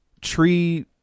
tree